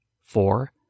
Four